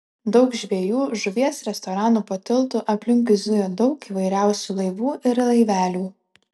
daug žvejų žuvies restoranų po tiltu aplinkui zujo daug įvairiausių laivų ir laivelių